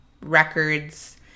records